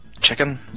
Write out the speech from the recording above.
Chicken